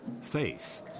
faith